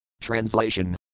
Translation